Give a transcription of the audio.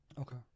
Okay